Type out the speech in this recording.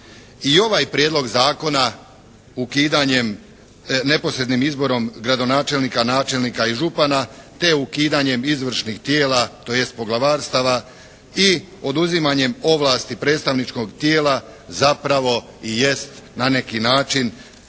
I ovaj prijedlog zakona ukidanjem, neposrednim izborom gradonačelnika, načelnika i župana, te ukidanjem izvršnih tijela, tj. poglavarstava i oduzimanjem ovlasti predstavničkog tijela zapravo i jest na neki način